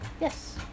Yes